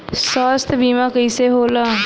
स्वास्थ्य बीमा कईसे होला?